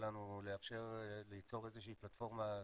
שלנו ליצור איזה שהיא פלטפורמה לאומית,